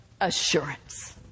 assurance